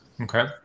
Okay